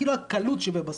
כאילו הקלות שבזה.